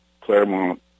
Claremont